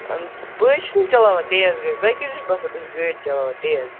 بہٕ حظ چھُس نہٕ چلاوان تیز گٲڑۍ تۄہہِ کیٛازِ چھُو باسان بہٕ چھُس گٲڑۍ چلاوان تیز